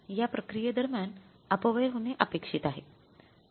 या प्रक्रिये दरम्यान अपव्यय होणे अपेक्षित आहे